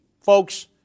Folks